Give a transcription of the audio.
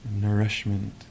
nourishment